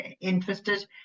interested